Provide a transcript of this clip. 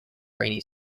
rainy